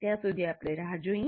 ત્યાં સુધી આપણે રાહ જોઈએ